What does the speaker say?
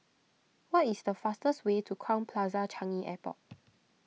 what is the fastest way to Crowne Plaza Changi Airport